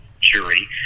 jury